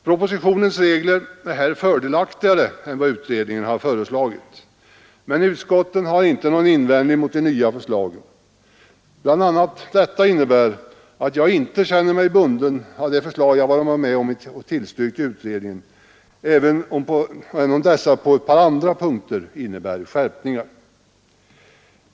Propositionens föreslagna regler är här fördelaktigare än de regler som utredningen föreslagit, men utskottet har inte haft någon invändning mot de nya förslagen. BI. a. innebär detta att jag inte känner mig bunden av de förslag jag varit med och tillstyrkt i utredningen, även om dessa på ett par andra punkter innebär skärpningar.